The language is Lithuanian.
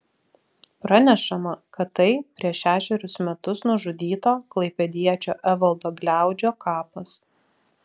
pranešama kad tai prieš šešerius metus nužudyto klaipėdiečio evaldo gliaudžio kapas